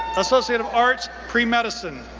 associate of arts, pre-medicine.